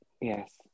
yes